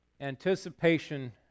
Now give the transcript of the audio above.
Anticipation